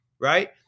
Right